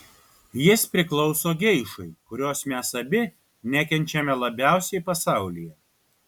jis priklauso geišai kurios mes abi nekenčiame labiausiai pasaulyje